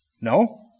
No